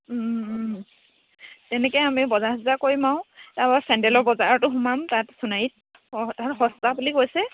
তেনেকৈ আমি বজাৰ চজাৰ কৰিম আৰু তাৰপৰা চেণ্ডেলৰ বজাৰতো সোমাম তাত সোনাৰীত অঁ সস্তা বুলি কৈছে